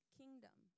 kingdom